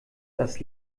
das